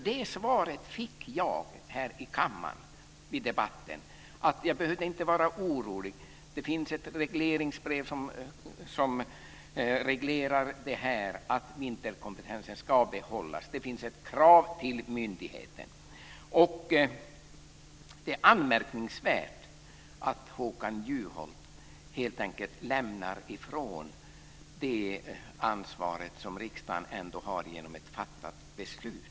Det svaret har jag fått här i kammaren i debatten - jag behövde inte vara orolig för det finns ett regleringsbrev som reglerar detta att vinterkompetensen ska behållas. Det finns ett krav riktat till myndigheten. Det är anmärkningsvärt att Håkan Juholt helt enkelt lämnar ifrån sig det ansvar som riksdagen har genom ett fattat beslut.